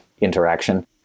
interaction